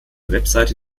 webseite